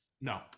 no